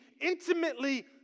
intimately